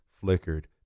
flickered